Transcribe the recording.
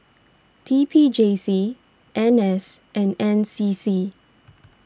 T P J C N S and N C C